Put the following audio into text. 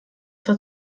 zwar